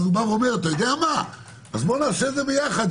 היה אומר: נעשה את זה ביחד,